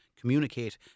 communicate